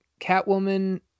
Catwoman